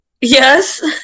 Yes